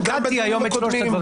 מיקדתי היום את שלושת הדברים.